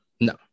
No